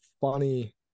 funny